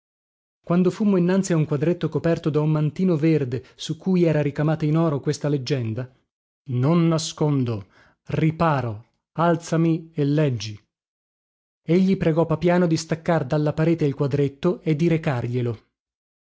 quando fummo innanzi a un quadretto coperto da un mantino verde su cui era ricamata in oro questa leggenda non nascondo riparo alzami e leggi egli pregò papiano di staccar dalla parete il quadretto e di